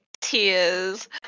Tears